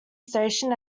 station